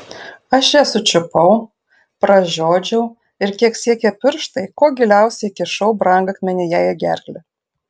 aš ją sučiupau pražiodžiau ir kiek siekė pirštai kuo giliausiai įkišau brangakmenį jai į gerklę